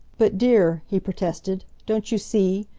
but, dear, he protested, don't you see?